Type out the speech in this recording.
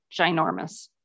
ginormous